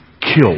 killed